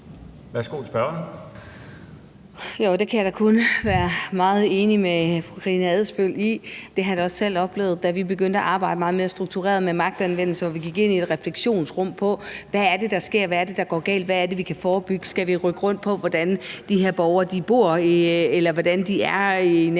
Broman Mølbæk (SF): Det kan jeg da kun være meget enig med fru Karina Adsbøl i. Det har jeg da også selv oplevet, da vi begyndte at arbejde meget mere struktureret med magtanvendelse, og hvor vi gik ind i et refleksionsrum om: Hvad er det, der sker? Hvad er det, der går galt? Hvad er det, vi kan forebygge? Skal vi rykke rundt på, hvordan de her borgere bor, eller om de er i nærheden